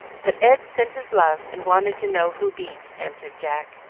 but ed sent his love, and wanted to know who beat, answered jack,